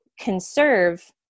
conserve